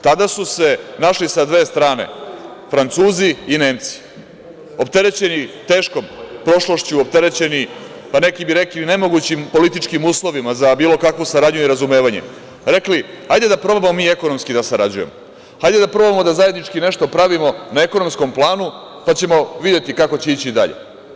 Tada su se našli sa dve strane Francuzi i Nemci, opterećeni teškom prošlošću, opterećeni neki bi rekli i nemogućim političkim uslovima za bilo kakvu saradnju i razumevanje, rekli – hajde da probamo mi ekonomski da sarađujemo, hajde da probamo da zajednički nešto pravimo na ekonomskom planu, pa ćemo videti kako će ići dalje.